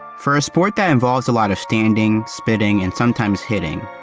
for a sport that involves a lot of standing, spitting, and sometimes hitting,